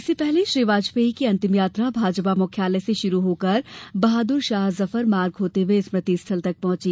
इससे पहले श्री वाजपेयी की अंतिम यात्रा भाजपा मुख्यालय से शुरू होकर बहादुर शाह जफ़र मार्ग होते हुये स्मृति स्थल तक पहुंची